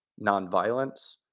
nonviolence